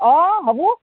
অঁ হ'ব